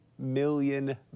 million